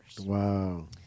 Wow